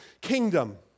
kingdom